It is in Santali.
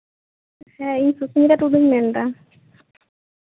ᱦᱮᱸ ᱤᱧ ᱥᱩᱥᱢᱤᱛᱟ ᱴᱩᱰᱩᱧ ᱢᱮᱱᱫᱟ